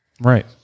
right